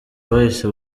bahise